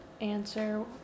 answer